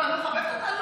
אז אני לא מכבדת אותה?